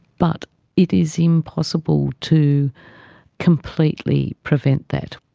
but it is impossible to completely prevent that.